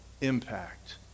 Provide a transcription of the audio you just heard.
impact